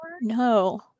No